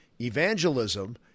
evangelism